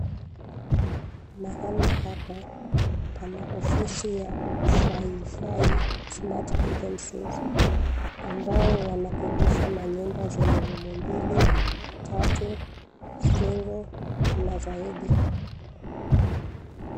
Mahala hapa pana ofisi ya Tryvay Smat Agencies ambao wanakodisha manyumba zenye room mbili, tatu, single na zaidi.